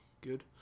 good